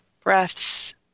breaths